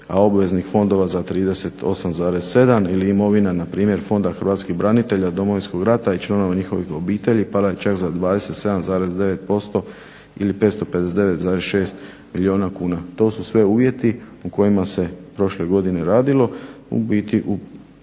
a obveznih fondova za 38,7 ili imovina npr. Fonda hrvatskih branitelja Domovinskog rata i članova njihovih obitelji pala je čak za 27,9% ili 559,6 milijuna kuna. To su sve uvjeti u kojim se prošle godine radilo, ubiti